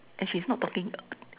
and she's not talking